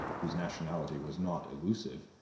whose nationality was not elusive,